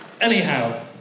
Anyhow